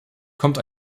kommt